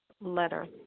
letter